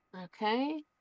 okay